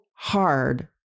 hard